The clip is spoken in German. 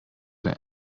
der